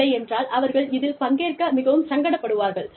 இல்லையென்றால் அவர்கள் இதில் பங்கேற்க மிகவும் சங்கடப்படுவார்கள்